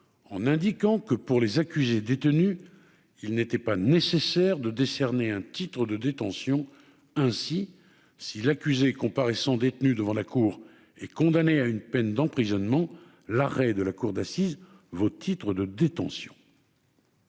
en indiquant que, pour les accusés détenus, il n'était pas nécessaire de décerner un titre de détention ainsi si l'accusé comparaissant détenu devant la cour, et condamné à une peine d'emprisonnement, l'arrêt de la cour d'assises vos de détention.